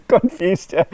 confused